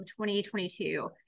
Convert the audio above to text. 2022